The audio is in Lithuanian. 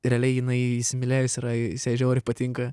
realiai jinai įsimylėjusi yra žiauriai patinka